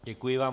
Děkuji vám.